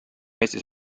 eestis